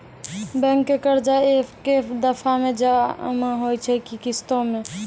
Bank के कर्जा ऐकै दफ़ा मे जमा होय छै कि किस्तो मे?